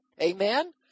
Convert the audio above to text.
Amen